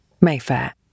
Mayfair